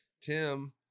tim